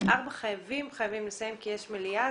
בשעה 4:00 אנחנו חייבים לסיים את הדיון כי יש את המליאה.